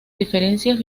diferencias